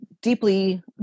deeply